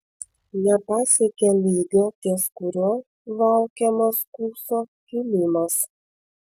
nepasiekė lygio ties kuriuo laukiamas kurso kilimas